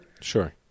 Sure